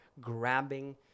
grabbing